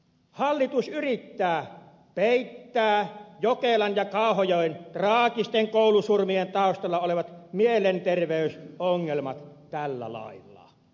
hallitus yrittää peittää jokelan ja kauhajoen traagisten koulusurmien taustalla olevat mielenterveysongelmat tällä lailla